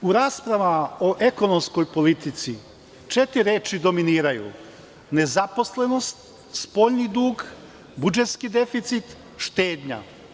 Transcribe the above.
U raspravama o ekonomskoj politici, četiri reči dominiraju: nezaposlenost, spoljni dug, budžetski deficit, štednja.